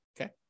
okay